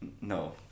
no